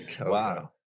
Wow